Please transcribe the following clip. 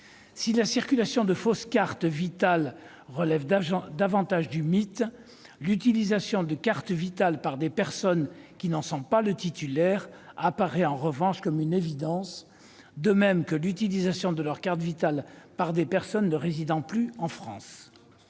Si la circulation de fausses cartes Vitale relève davantage du mythe, l'utilisation de cartes Vitale par des personnes qui n'en sont pas les titulaires apparaît, en revanche, comme une évidence, de même que l'utilisation de leur carte Vitale par des personnes ne résidant plus en France.